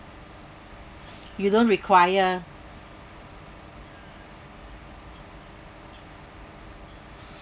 you don't require